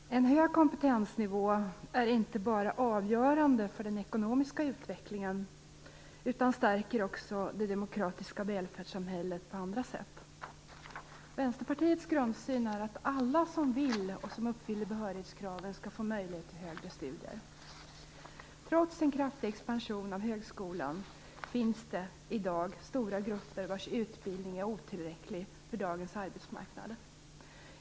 Fru talman! En hög kompetensnivå är inte bara avgörande för den ekonomiska utvecklingen utan stärker också det demokratiska välfärdssamhället på andra sätt. Vänsterpartiets grundsyn är att alla som vill och som uppfyller behörighetskraven skall få möjlighet till högre studier. Trots en kraftig expansion av högskolan finns det i dag stora grupper vars utbildning är otillräcklig för dagens arbetsmarknader.